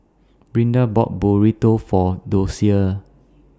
Brinda bought Burrito For Docia